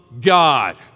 God